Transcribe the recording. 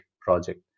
project